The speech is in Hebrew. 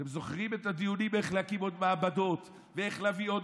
אתם זוכרים את הדיונים איך להקים עוד מעבדות ואיך להביא עוד?